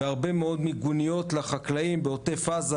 בהרבה מאוד מיגוניות לחקלאים בעוטף עזה,